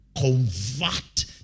convert